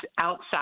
outside